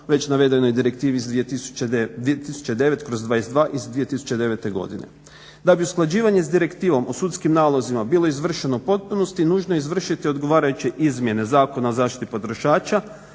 već navedenoj Direktivni 2009/22. iz 2009. godine. Da bi usklađivanje s direktivnom o sudskim nalozima bilo izvršeno u potpunosti nužno je izvršiti odgovarajuće izmjene Zakona o zaštiti potrošača